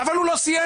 אבל הוא לא סיים.